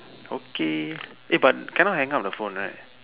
okay eh but cannot hang up the phone right